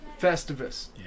festivus